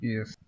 Yes